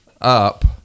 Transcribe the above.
up